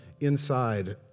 inside